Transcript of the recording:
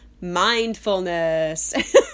mindfulness